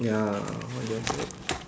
ya what did you work